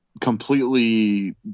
completely